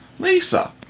Lisa